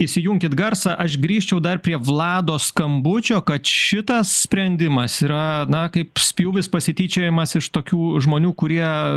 įsijunkit garsą aš grįžčiau dar prie vlado skambučio kad šitas sprendimas yra na kaip spjūvis pasityčiojimas iš tokių žmonių kurie